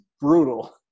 brutal